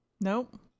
Nope